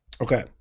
Okay